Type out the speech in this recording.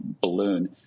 balloon